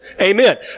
Amen